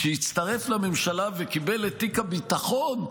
שהצטרף לממשלה וקיבל את תיק הביטחון,